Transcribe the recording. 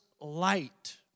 light